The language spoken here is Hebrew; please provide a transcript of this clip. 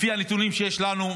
לפי הנתונים שיש לנו,